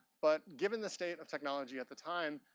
but, given the state of technology at the time,